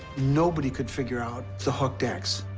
nobody could figure out the hooked x.